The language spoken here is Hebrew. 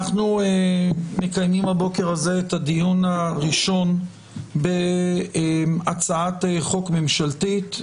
אנחנו מקיימים הבוקר הזה את הדיון הראשון בהצעת חוק ממשלתית,